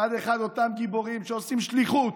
מצד אחד אותם גיבורים שעושים שליחות.